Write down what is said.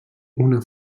una